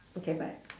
okay bye